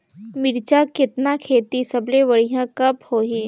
मिरचा कतना खेती सबले बढ़िया कब होही?